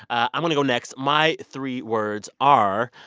i want to go next. my three words are,